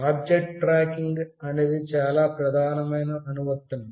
object tracking అనేది చాలా ప్రధాన అనువర్తనం